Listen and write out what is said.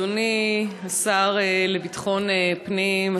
אדוני השר לביטחון פנים,